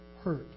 hurt